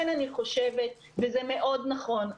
זה מאוד נכון,